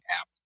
app